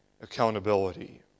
accountability